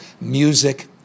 music